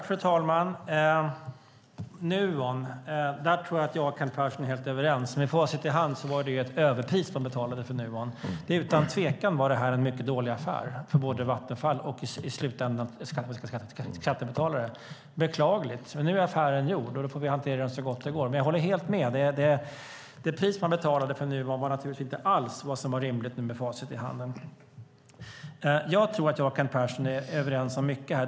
Fru talman! När det gäller Nuon är Kent Persson och jag helt överens. Med facit i hand vet vi att det var ett överpris Vattenfall betalade för Nuon. Utan tvekan var det en mycket dålig affär för Vattenfall och i slutändan de svenska skattebetalarna. Det är beklagligt, men nu är affären gjord och vi får hantera det så gott det går. Jag håller helt med om att det pris Vattenfall betalade för Nuon inte var rimligt. Det ser vi med facit i hand. Jag tror att Kent Persson och jag är överens om mycket.